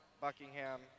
Buckingham